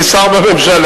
אני שר בממשלה,